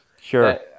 sure